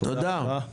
תודה רבה.